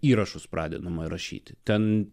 įrašus pradedama rašyti ten